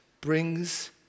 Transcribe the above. brings